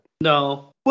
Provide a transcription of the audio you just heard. No